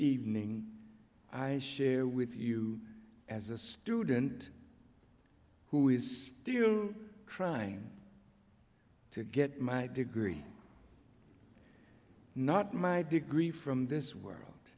evening i share with you as a student who is still trying to get my degree not my degree from this world